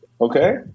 Okay